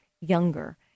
younger